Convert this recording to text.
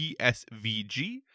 PSVG